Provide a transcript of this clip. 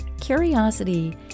Curiosity